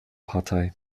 partei